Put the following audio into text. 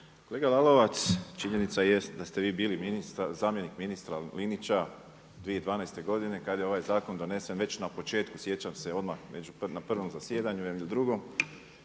Kolega Lalovac, činjenica jest da ste vi bili zamjenik ministra Linića, 2012. godine kada je ovaj zakon donesen već na početku, sjećam se odmah na prvom zasjedanju ili drugom.